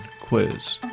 quiz